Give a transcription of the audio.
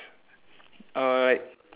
uh like